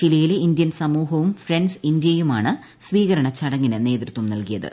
ചിലിയിലെ Indian സമൂഹവും friends ്രഇന്ത്യയുമാണ് സ്വീകരണ ചടങ്ങിന് നേതൃത്വം നൽകിയ്ത്